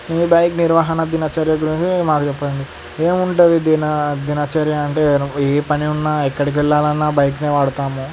మీ bike నిర్వహణ దినచర్య గురించి మాకు చెప్పండి ఏముంటుంది దినచర్య అంటే ఏ పని ఉన్నా ఎక్కడికి వెళ్ళాలి అన్నా బైక్ని వాడతాము